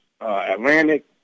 Atlantic